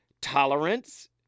Tolerance